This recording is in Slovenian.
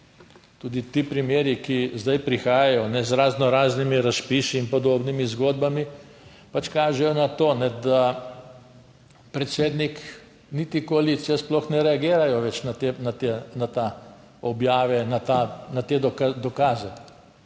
Tudi ti primeri, ki zdaj prihajajo z razno raznimi razpisi in podobnimi zgodbami, pač kažejo na to, da predsednik, niti koalicija sploh ne reagirajo več na te objave, na te dokaze.